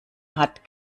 hat